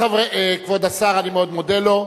כבוד השר, אני מאוד מודה לו.